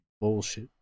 Bullshit